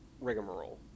rigmarole